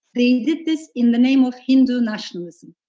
they did this in the name of hindu nationalism.